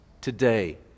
today